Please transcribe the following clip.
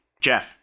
Jeff